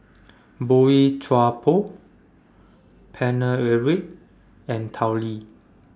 Boey Chuan Poh Paine Eric and Tao Li